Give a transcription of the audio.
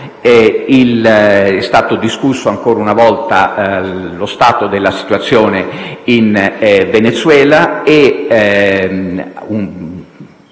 è stato discusso, ancora una volta, lo stato della situazione in Venezuela. Un